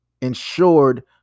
insured